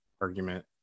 argument